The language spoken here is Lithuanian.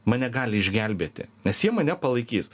mane gali išgelbėti nes jie mane palaikys